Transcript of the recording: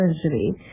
essentially